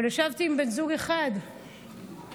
אבל ישבתי עם בן זוג אחד, עומר.